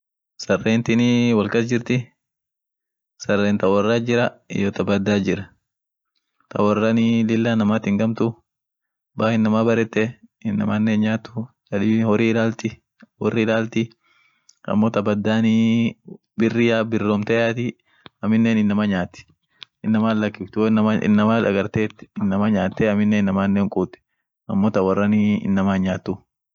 sarentinii wol kasjiriti, saren ta worrat jira iyo ta badaat jirr, ta worranii lilla inamat hingamtu, baa inama barete inamanne hin' nyatu, tabidin hori ilalti, wor ilalti amo ta badanii, biria biromte.